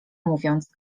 mówiąc